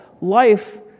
life